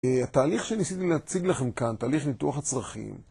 התהליך שניסיתי להציג לכם כאן, תהליך ניתוח הצרכים